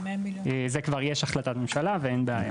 לזה כבר יש החלטת ממשלה ואין בעיה.